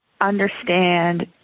Understand